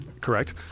Correct